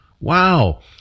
Wow